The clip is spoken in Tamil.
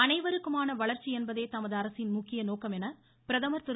அனைவருக்குமான வளர்ச்சி என்பதே தமது அரசின் முக்கிய நோக்கம் என பிரதமர் திரு